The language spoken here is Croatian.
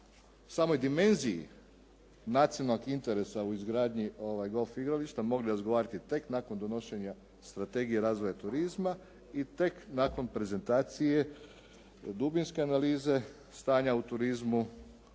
samoj dimenziji nacionalnog interesa u izgradnji golf igrališta mogli razgovarati tek nakon donošenja strategije razvoja turizma i tek nakon prezentacije, dubinske analize stanja u turizmu,